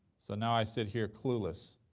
so now i sit here clueless,